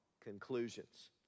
conclusions